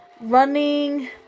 running